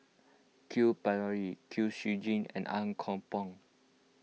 Q Pereira Kwek Siew Jin and Ang Kok Peng